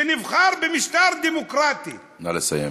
שנבחר במשטר דמוקרטי, נא לסיים.